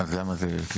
אז למה זה,